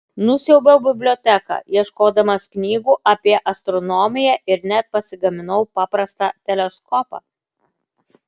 nusiaubiau biblioteką ieškodamas knygų apie astronomiją ir net pasigaminau paprastą teleskopą